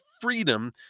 freedom